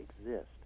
exist